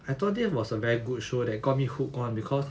I thought this was a very good show that got me hooked on because